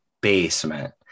basement